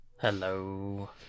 Hello